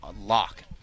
lock